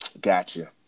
gotcha